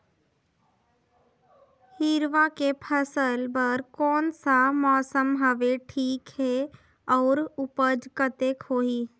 हिरवा के फसल बर कोन सा मौसम हवे ठीक हे अउर ऊपज कतेक होही?